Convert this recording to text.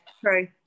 true